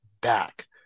back